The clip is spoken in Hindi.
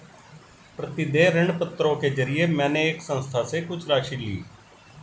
प्रतिदेय ऋणपत्रों के जरिये मैंने एक संस्था से कुछ राशि ली